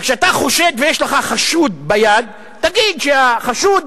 וכשאתה חושד ויש לך חשוד ביד, תגיד שהחשוד,